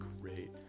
great